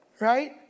right